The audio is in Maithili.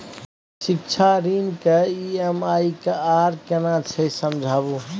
शिक्षा ऋण के ई.एम.आई की आर केना छै समझाबू?